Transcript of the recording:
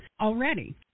Already